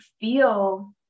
feel